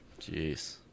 Jeez